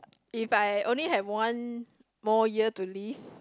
if I only have one more year to live